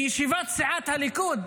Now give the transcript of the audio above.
אלא בישיבת סיעת הליכוד.